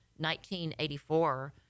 1984